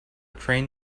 train